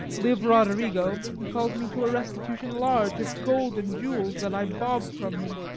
live roderigo, he calls me to a restitution large of gold and jewels that i bobb'd from him,